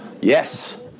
Yes